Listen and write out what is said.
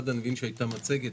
ראשית, אני מבין שהייתה מצגת.